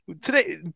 today